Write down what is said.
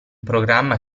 programma